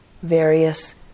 various